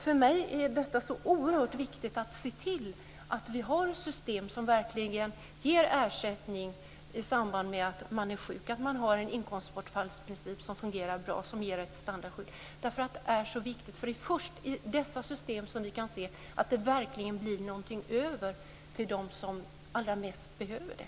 För mig är det oerhört viktigt att se till att vi har system som verkligen ger ersättning i samband med att man är sjuk, att man har en inkomstbortfallsprincip som fungerar bra och ger ett standardskydd. Det är så viktigt. Det är först i dessa system som vi kan se att det verkligen blir någonting över till dem som allra mest behöver det.